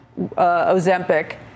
Ozempic